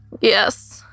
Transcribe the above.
Yes